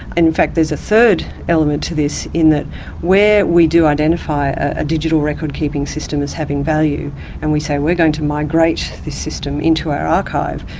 and in fact there's a third element to this in that where we do identify a digital record keeping system as having value and we say we are going to migrate this system into our archive,